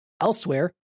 Elsewhere